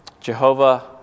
Jehovah